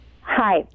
Hi